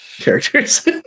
characters